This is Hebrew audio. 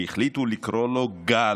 שהחליטו לקרוא לו גל,